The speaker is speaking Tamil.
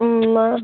ம் மா